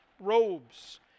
robes